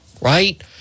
right